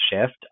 shift